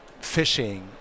fishing